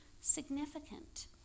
significant